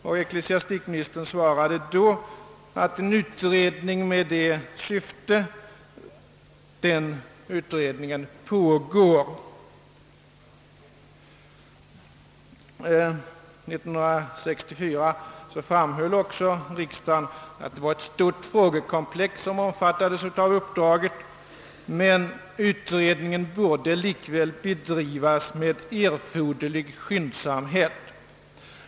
Ecklesiastikministern svarade att en utredning med det av riksdagen angivna syftet då pågick. År 1964 framhöll riksdagen att uppdraget omfattade ett stort frågekomplex men att utredningen borde bedrivas med erforderlig skyndsamhet.